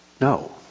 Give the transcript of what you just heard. No